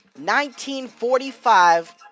1945